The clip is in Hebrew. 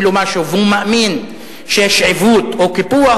לו משהו והוא מאמין שיש עיוות או קיפוח,